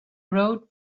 rode